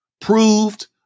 proved